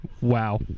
Wow